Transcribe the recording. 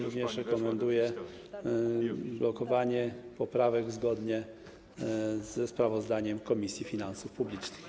Również rekomenduje blokowanie poprawek zgodnie ze sprawozdaniem Komisji Finansów Publicznych.